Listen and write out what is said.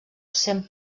sent